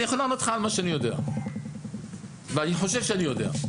אני יכול לענות לך על מה שאני יודע ואני חושב שאני יודע.